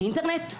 אינטרנט,